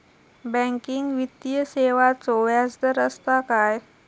Banking वित्तीय सेवाचो व्याजदर असता काय?